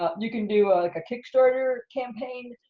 ah you can do like a kickstarter campaign.